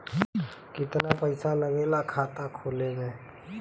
कितना पैसा लागेला खाता खोले में?